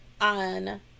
on